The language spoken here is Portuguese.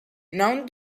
não